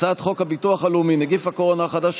הביטוח הלאומי (נגיף הקורונה החדש,